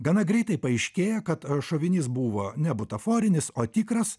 gana greitai paaiškėja kad a šovinys buvo ne butaforinis o tikras